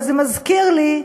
וזה מזכיר לי,